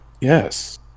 yes